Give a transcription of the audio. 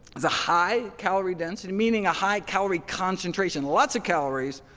is a high calorie density, meaning a high calorie concentration, lots of calories